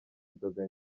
inzoga